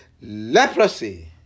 leprosy